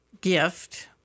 gift